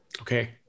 okay